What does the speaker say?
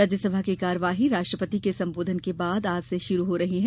राज्यसभा की कार्यवाही राष्ट्रपति के संबोधन के बाद आज से शुरू हो रही है